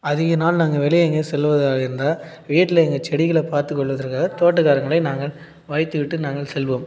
அதிக நாள் நாங்கள் வெளியே எங்கேயாவது செல்லுவதாக இருந்தால் வீட்டில எங்கள் செடிகளை பார்த்து கொள்வதற்காக தோட்டக்காரங்களை நாங்கள் வைத்து விட்டு நாங்கள் செல்வோம்